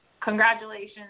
congratulations